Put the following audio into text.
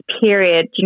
period